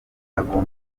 agomba